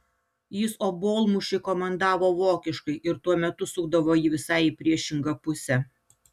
jis obuolmušiui komandavo vokiškai ir tuo metu sukdavo jį visai į priešingą pusę